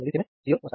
5mS 1mS 0 వస్తాయి